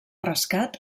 rescat